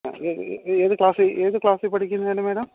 ഏത് ക്ലാസ്സിൽ ഏത് ക്ലാസിൽ പഠിക്കുന്നതാണ് മേഡം